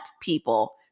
people